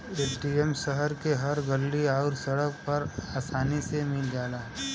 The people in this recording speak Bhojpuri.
ए.टी.एम शहर के हर गल्ली आउर सड़क पर आसानी से मिल जाला